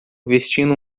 vestindo